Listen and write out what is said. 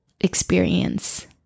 experience